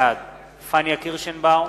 בעד פניה קירשנבאום,